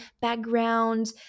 background